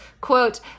quote